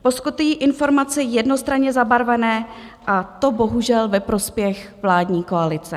Poskytují informace jednostranně zabarvené, a to bohužel ve prospěch vládní koalice.